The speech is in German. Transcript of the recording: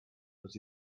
dass